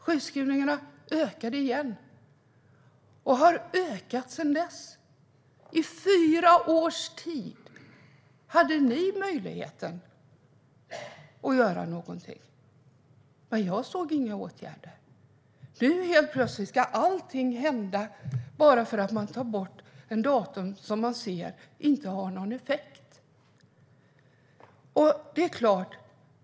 Sjukskrivningarna ökade igen och har ökat sedan dess. I fyra års tid hade ni möjligheten att göra något, men jag såg inga åtgärder. Nu helt plötsligt ska allt hända bara för att man tar bort ett datum som man ser inte har någon effekt.